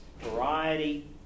variety